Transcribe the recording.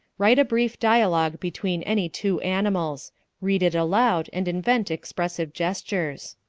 write a brief dialogue between any two animals read it aloud and invent expressive gestures.